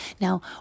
Now